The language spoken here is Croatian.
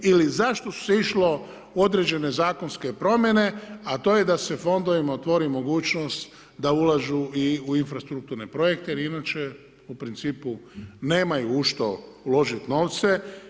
Ili zašto se išlo u određene zakonske promjene a to je da fondovima otvori mogućnost da ulažu i u infrastrukturne projekte jer inače u principu nemaju u što uložiti novce.